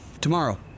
Tomorrow